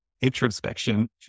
introspection